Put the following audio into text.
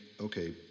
okay